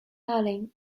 darling